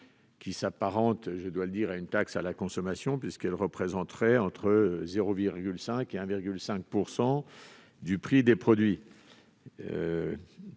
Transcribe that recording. qui s'apparente à une taxe à la consommation, puisqu'elle représenterait entre 0,5 % et 1,5 % du prix des produits.